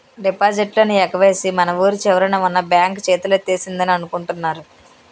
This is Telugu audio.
డిపాజిట్లన్నీ ఎగవేసి మన వూరి చివరన ఉన్న బాంక్ చేతులెత్తేసిందని అనుకుంటున్నారు